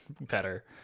better